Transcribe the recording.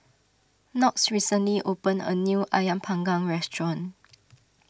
Knox recently opened a new Ayam Panggang restaurant